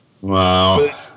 Wow